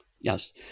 Yes